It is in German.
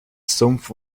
sumpf